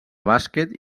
bàsquet